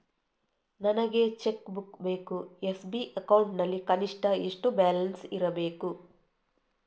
ನನಗೆ cheque book ಬೇಕು SB account ನಲ್ಲಿ ಕನಿಷ್ಠ ಎಷ್ಟು ಬ್ಯಾಲೆನ್ಸ್ ಇರಬೇಕು?